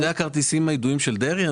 זה הכרטיסים הידועים של דרעי?